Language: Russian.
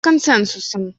консенсусом